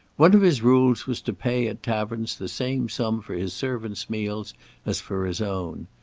one of his rules was to pay at taverns the same sum for his servants' meals as for his own.